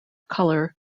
color